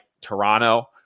Toronto –